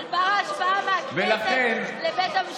אבל ההשוואה של הכנסת לבית המשפט,